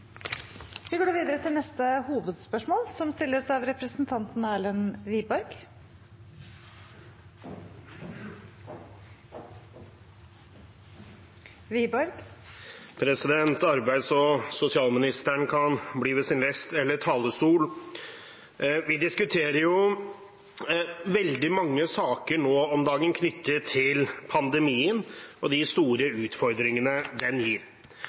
Vi går da videre til neste hovedspørsmål. Arbeids- og sosialministeren kan bli ved sin lest – eller talerstol. Vi diskuterer jo nå om dagen veldig mange saker knyttet til pandemien og de store utfordringene den gir.